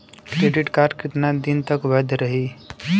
Credit card कितना दिन तक वैध रही?